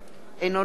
אינו נוכח